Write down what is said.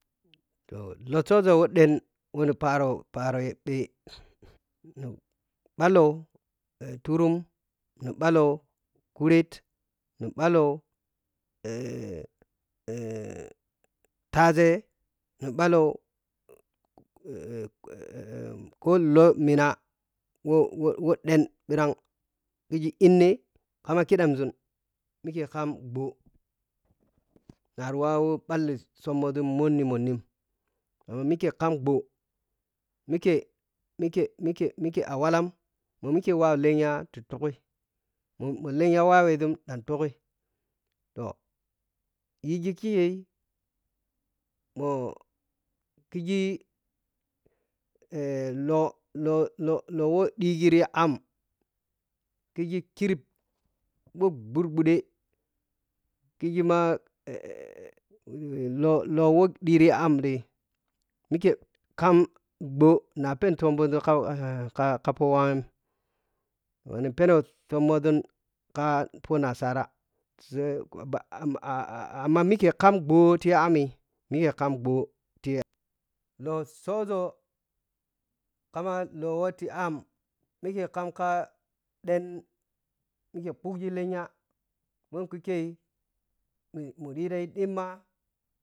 To tsugo ɗen wuni apro paro yeɗe nibalo turum nibaln kuredi nibalo taze niɓalo lo lonina lbo-lobo ɗen ɓiram kiji inne kama kiɗamȝa mikefam gboo nari wawu ɓall cummo sum monnimonoimike kam boo ike mike mike mike a wala mike walenya tutaukwi mama tenya wawasun dan ɓbukui toh yiji kijegɓoo kiji lotototo we digi tiyaam kiji kirip boo ɓurbude kiji ma loto we ɗiti ya am dai mikie kamgboo na penitsummajun kak kak pomun ni penotsummosun ka ponasara amma mike kamgboo tiya amma mike kam boo ya lotsoȝa kama lowetiya amm mike kam ka ɗen mike bukgi lenya momkijikr mimudiyayi ɗimma.